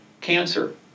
cancer